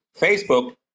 Facebook